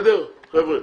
חבר'ה,